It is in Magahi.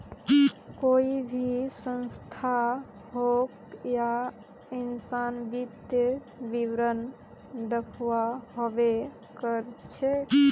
कोई भी संस्था होक या इंसान वित्तीय विवरण दखव्वा हबे कर छेक